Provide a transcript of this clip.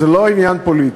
זה לא עניין פוליטי.